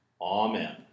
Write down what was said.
Amen